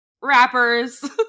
rappers